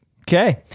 Okay